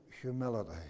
humility